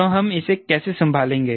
तो हम इसे कैसे संभालेंगे